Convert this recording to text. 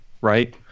right